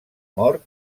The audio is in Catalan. mort